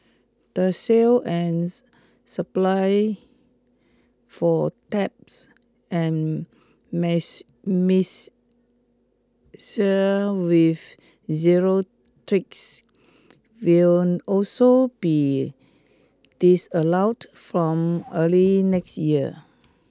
the sale and supply for taps and mixers with zero tricks will also be disallowed from early next year